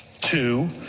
Two